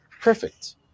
perfect